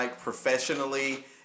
professionally